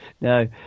No